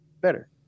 better